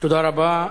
תודה רבה.